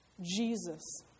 Jesus